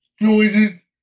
noises